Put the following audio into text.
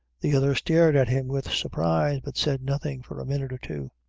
the other stared at him with surprise, but said nothing for a minute or two.